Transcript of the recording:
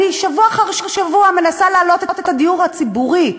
אני שבוע אחר שבוע מנסה להעלות את נושא הדיור הציבורי,